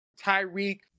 Tyreek